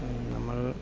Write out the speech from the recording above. നമ്മൾ